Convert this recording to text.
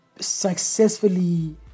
Successfully